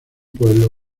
pueblo